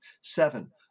seven